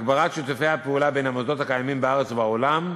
הגברת שיתוף הפעולה בין המוסדות הקיימים בארץ ובעולם,